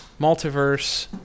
Multiverse